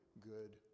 good